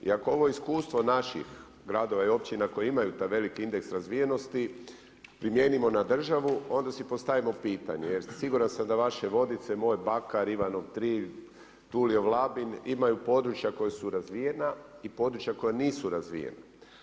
I ako ovo iskustvo naših gradova i općina koje imaju taj veliki indeks razvijenosti primijenimo na državu, onda si postavimo pitanje jer siguran sam da vaše Vodice, moj Bakar, Ivanov Trilj, Tulijev Labin imaju područja koja su razvijena i područja koja nisu razvijena.